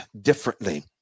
differently